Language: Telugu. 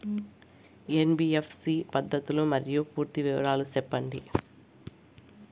ఎన్.బి.ఎఫ్.సి పద్ధతులు మరియు పూర్తి వివరాలు సెప్పండి?